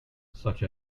such